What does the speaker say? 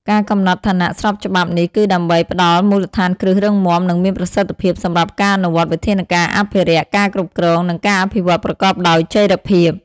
ការកំណត់ឋានៈស្របច្បាប់នេះ គឺដើម្បីផ្តល់មូលដ្ឋានគ្រឹះរឹងមាំ និងមានប្រសិទ្ធភាពសម្រាប់ការអនុវត្តវិធានការអភិរក្ស ការគ្រប់គ្រង និងការអភិវឌ្ឍប្រកបដោយចីរភាព។